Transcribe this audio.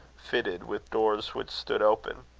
fitted with doors which stood open.